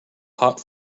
hot